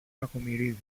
κακομοιρίδη